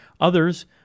Others